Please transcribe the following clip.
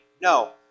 No